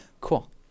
cool